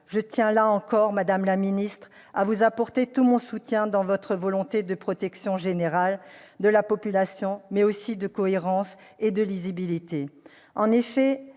je tiens, là encore, madame la ministre, à vous apporter tout mon soutien dans votre volonté de protection générale de la population, mais aussi de cohérence et de lisibilité. En effet,